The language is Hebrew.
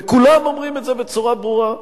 וכולם אומרים את זה בצורה ברורה,